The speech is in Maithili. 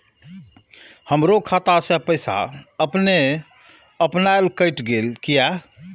हमरो खाता से पैसा अपने अपनायल केट गेल किया?